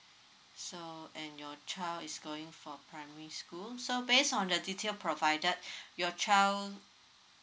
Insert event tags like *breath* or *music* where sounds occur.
so and your child is going for primary school so based on the detail provided *breath* your child